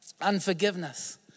unforgiveness